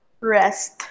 rest